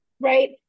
Right